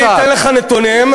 אני אתן לך נתונים,